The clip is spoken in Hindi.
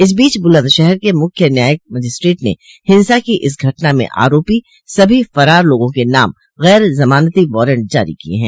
इस बीच बुलदशहर के मुख्य न्यायिक मजिस्ट्रेट ने हिंसा की इस घटना में आरोपी सभी फरार लोगों के नाम गर जमानती वारंट जारी किये हैं